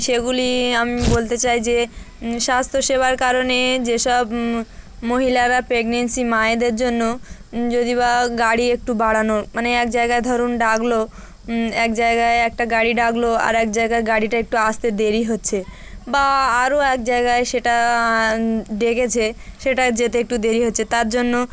সেগুলি আমি বলতে চাই যে স্বাস্থ্য সেবার কারণে যে সব মহিলারা প্রেগন্যান্সি মায়েদের জন্য যদি বা গাড়ি একটু বাড়ানো মানে এক জায়গায় ধরুন ডাকল এক জায়গায় একটা গাড়ি ডাকল আর এক জায়গায় গাড়িটা একটু আসতে দেরি হচ্ছে বা আরও এক জায়গায় সেটা ডেকেছে সেটা যেতে একটু দেরি হচ্ছে তার জন্য